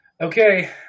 Okay